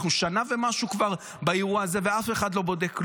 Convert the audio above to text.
אנחנו שנה ומשהו כבר באירוע זה ואף אחד לא בודק כלום,